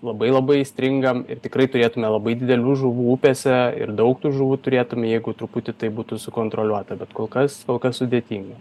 labai labai stringam ir tikrai turėtume labai didelių žuvų upėse ir daug tų žuvų turėtume jeigu truputį tai būtų sukontroliuota bet kol kas kol kas sudėtinga